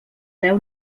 veu